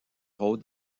rôle